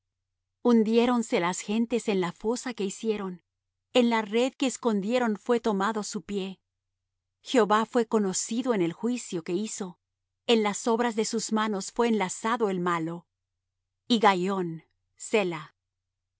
salud hundiéronse las gentes en la fosa que hicieron en la red que escondieron fué tomado su pie jehová fué conocido en el juicio que hizo en la obra de sus manos fué enlazado el malo